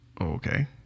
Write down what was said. Okay